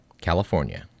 California